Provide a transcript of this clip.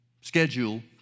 schedule